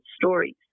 stories